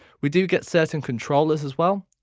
we do get certain controllers as well.